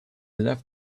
left